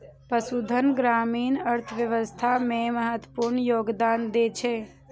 पशुधन ग्रामीण अर्थव्यवस्था मे महत्वपूर्ण योगदान दै छै